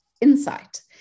insight